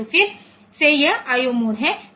तो फिर से यह I O मोड है